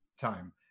time